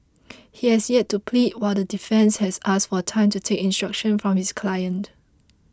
he has yet to plead while the defence has asked for time to take instructions from his client